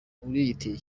uriyitirira